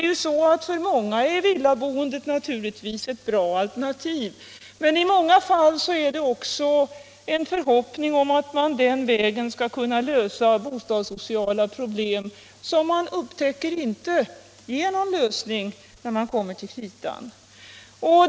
För många är villaboendet naturligtvis ett bra alternativ. Men i många fall innebär det också svikna förhoppningar om att man den vägen skall kunna lösa bostadssociala problem. Man upptäcker snart att det när det kommer till kritan inte är någon lösning.